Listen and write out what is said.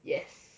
yes